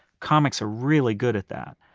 comics are really good at that.